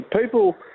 people